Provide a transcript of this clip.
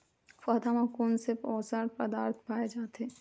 पौधा मा कोन से पोषक पदार्थ पाए जाथे?